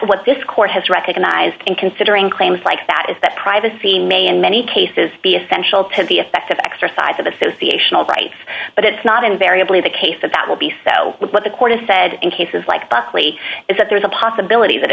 what this court has recognized and considering claims like that is that privacy may in many cases be a special pet the effect of exercise of association all right but it's not invariably the case that that will be felt with what the court has said in cases like buckley is that there's a possibility that a